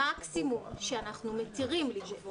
המקסימום שאנחנו מתירים לגבות.